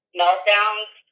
meltdowns